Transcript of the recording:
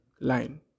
line